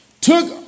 took